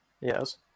Yes